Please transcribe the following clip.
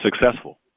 Successful